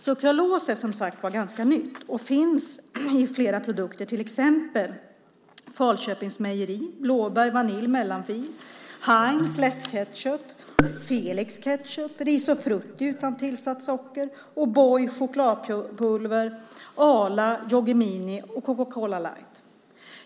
Sukralos är som sagt ganska nytt och finns i flera produkter, till exempel Falköpings Mejeris mellanfil blåbär och vanilj, Heinz lättketchup, Felix ketchup, Risifrutti utan tillsatt socker, O'boy chokladpulver, Arlas Yoggi mini och Coca-Cola Light.